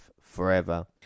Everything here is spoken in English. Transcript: forever